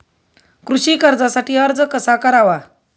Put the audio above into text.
कृषी कर्जासाठी अर्ज कसा करावा?